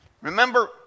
Remember